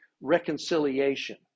reconciliation